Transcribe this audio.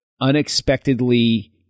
unexpectedly